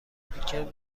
بیکن